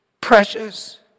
precious